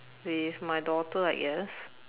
with my daughter I guess